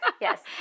Yes